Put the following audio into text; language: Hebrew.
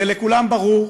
הרי לכולם ברור,